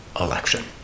election